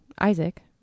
Isaac